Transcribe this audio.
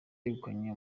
yegukanye